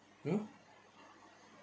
ugh